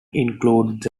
includes